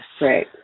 Right